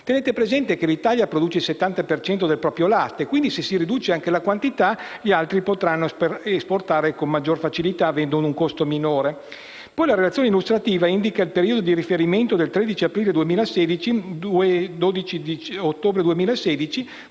Tenete presente che l'Italia produce il 70 per cento del proprio latte, quindi se si riduce anche la quantità, gli altri potranno esportare con maggior facilità avendolo a un costo minore. La relazione illustrativa indica il periodo di riferimento dal 13 aprile 2016 al 12 ottobre 2016,